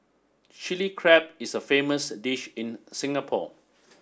Chilli Crab is a famous dish in Singapore